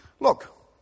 Look